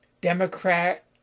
democrat